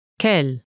Quel